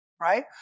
right